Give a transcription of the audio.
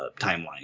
timeline